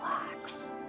relax